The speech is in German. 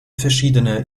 verschiedene